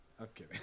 okay